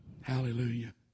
Hallelujah